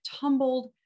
tumbled